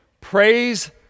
Praise